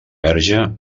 verge